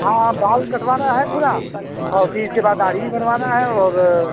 हाँ बाल कटवाना है पूरा और फिर इसके बाद दाढ़ी भी बनवाना है और